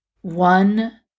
one